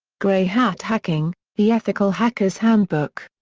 gray hat hacking the ethical hacker's handbook.